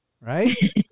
right